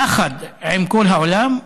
יחד עם כל העולם,